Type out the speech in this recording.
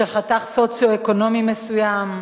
של חתך סוציו-אקונומי מסוים,